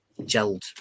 gelled